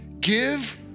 Give